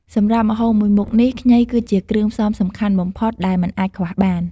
សម្រាប់ម្ហូបមួយមុខនេះ ខ្ញីគឺជាគ្រឿងផ្សំសំខាន់បំផុតដែលមិនអាចខ្វះបាន។